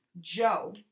Joe